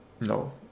No